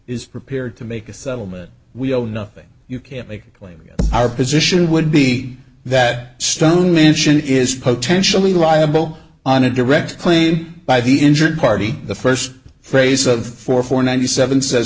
is prepared to make a settlement we owe nothing you can't make a claim our position would be that stone mansion is potentially liable on a direct plain by the injured party the first phrase of four for ninety seven says